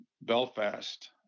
Belfast